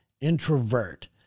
introvert